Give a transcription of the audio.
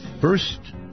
first